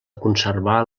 conservar